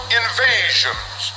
invasions